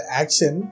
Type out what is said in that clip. action